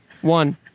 One